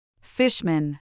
Fishman